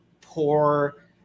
poor